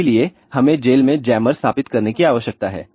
इसलिए हमें जेल में जैमर स्थापित करने की आवश्यकता है